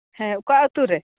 ᱦᱮᱸ ᱚᱠᱟ ᱟᱹᱛᱩ ᱨᱮ